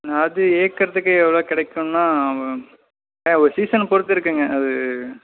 அது இயக்கறதுக்கு எவ்வளோ கிடைக்கும்லாம் ஏங்க ஒரு சீசனை பொறுத்து இருக்குங்க அது